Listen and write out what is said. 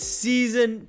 season